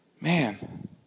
man